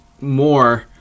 more